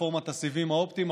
רפורמת הסיבים האופטיים,